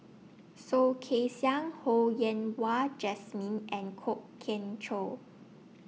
Soh Kay Siang Ho Yen Wah Jesmine and Kwok Kian Chow